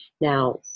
Now